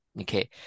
okay